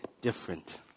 different